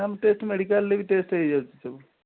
ନାଁ ମ ଟେଷ୍ଟ୍ ମେଡିକାଲରେ ବି ଟେଷ୍ଟ୍ ହେଇ ଯାଉଛି ସବୁ